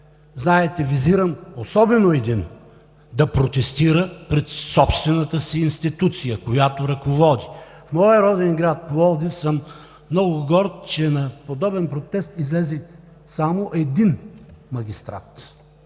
– визирам особено един, да протестира пред собствената си институция, която ръководи! В моя роден град Пловдив съм много горд, че на подобен протест излезе само един магистрат.